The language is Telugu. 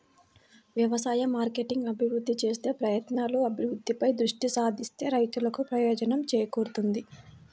వ్యవసాయ మార్కెటింగ్ అభివృద్ధి చేసే ప్రయత్నాలు, అభివృద్ధిపై దృష్టి సారిస్తే రైతులకు ప్రయోజనం చేకూరుతుంది